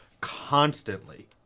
constantly